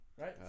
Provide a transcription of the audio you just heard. Right